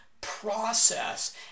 process